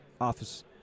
office